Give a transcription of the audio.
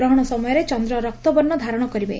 ଗ୍ରହଶ ସମୟରେ ଚନ୍ଦ୍ର ରକ୍ତବର୍ଶ୍ୱ ଧାରଶ କରିବେ